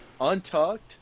untucked